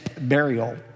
burial